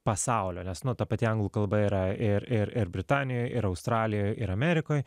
pasaulio nes nu ta pati anglų kalba yra ir ir ir britanijoj ir australijoj ir amerikoj